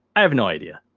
i have no idea.